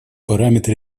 параметры